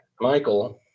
Michael